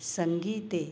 सङ्गीते